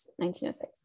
1906